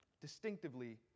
distinctively